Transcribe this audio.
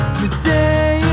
today